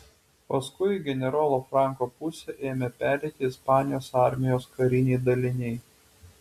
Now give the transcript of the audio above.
paskui į generolo franko pusę ėmė pereiti ispanijos armijos kariniai daliniai